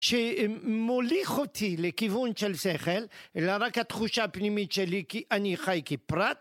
שמוליך אותי לכיוון של שכל, אלא רק התחושה הפנימית שלי כי אני חי כפרט.